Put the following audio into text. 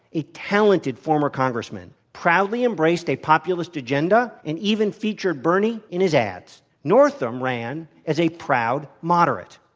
a talented former congressman, proudly embraced a populist agenda and even featured bernie in his ads. northam ran as a proud moderate.